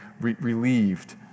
relieved